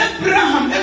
Abraham